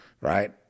right